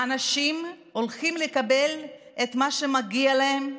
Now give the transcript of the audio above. האנשים הולכים לקבל את מה שמגיע להם.